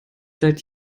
seit